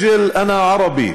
(אומר דברים בשפה הערבית ומתרגמם:) תרשום / אני ערבי.